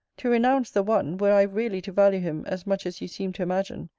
to renounce the one, were i really to value him as much as you seem to imagine,